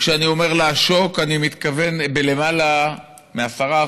וכשאני אומר "לעשוק" אני מתכוון ללמעלה מ-10%,